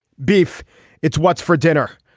beef it's what's for dinner.